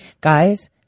Guys